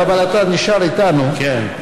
אתה נשאר איתנו, כן.